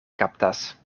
kaptas